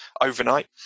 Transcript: overnight